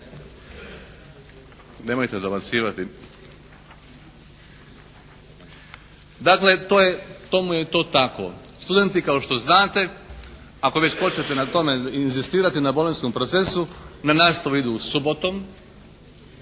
Nemojte dobacivati. Dakle to je, tomu je to tako. Studenti kao što znate ako već hoćete na tome inzistirati na bolonjskom procesu, na nastavu idu subotom